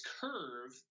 curve